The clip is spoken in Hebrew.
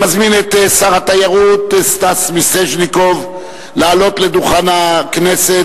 אני מזמין את שר התיירות סטס מיסז'ניקוב לעלות לדוכן הכנסת